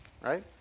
right